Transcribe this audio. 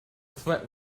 threat